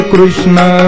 Krishna